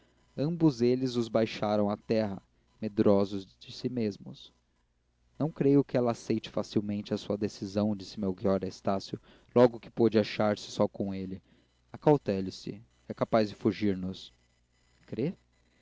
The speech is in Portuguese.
ambos eles os baixaram à terra medrosos de si mesmos não creio que ela aceite facilmente a sua decisão disse melchior a estácio logo que pôde achar-se só com ele acautele se é capaz de fugir nos crê